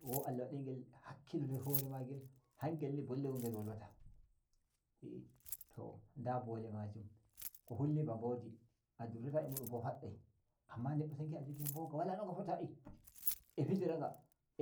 Bo Allah waɗi ngel hakkio dow hore ma ngel hangel ni bolle won ngel wolwata e a to nda bole majum ko hulni ba bole a duradata a mudum bo daddai ammase ngi a neddo a jogi mboga wala no nga fotayi a fijira nga